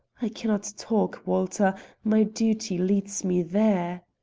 i can not talk, walter my duty leads me there.